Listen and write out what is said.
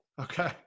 Okay